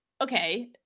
Okay